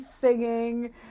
singing